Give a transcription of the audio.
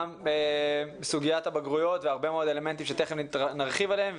גם בסוגיית הבגרויות והרבה מאוד אלמנטים שתיכף נרחיב עליהם,